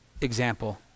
example